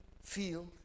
feel